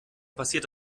passiert